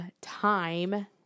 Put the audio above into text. time